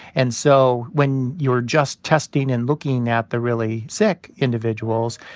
and so when you're just testing and looking at the really sick individuals,